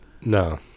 No